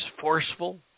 forceful